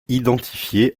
identifié